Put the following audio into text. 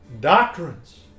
Doctrines